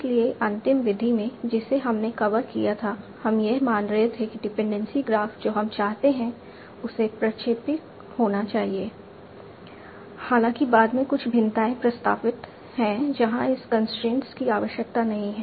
इसलिए अंतिम विधि में जिसे हमने कवर किया था हम यह मान रहे थे कि डिपेंडेंसी ग्राफ जो हम चाहते हैं उसे प्रक्षेपी होना चाहिए हालांकि बाद में कुछ भिन्नताएं प्रस्तावित हैं जहां इस कंस्ट्रेंट की आवश्यकता नहीं है